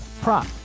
prop